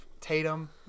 Tatum